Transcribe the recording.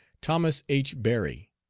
thomas h. barry,